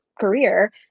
career